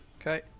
Okay